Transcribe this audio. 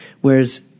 Whereas